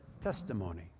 testimony